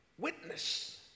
witness